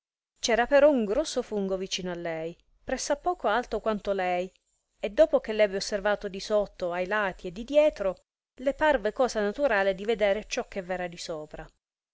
c'era però un grosso fungo vicino a lei press'a poco alto quanto lei e dopo che l'ebbe osservato di sotto ai lati e di dietro le parve cosa naturale di vedere ciò che v'era di sopra